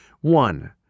one